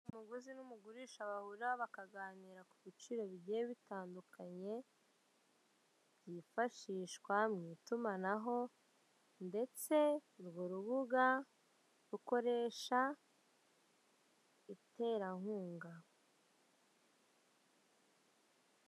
Umuguzi n'umugurisha barahura bakaganira ku biciro bigiye bitandukanye, hifashishwa mu itumanaho ndetse urwo rubuga rukoresha iterankunga.